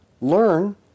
learn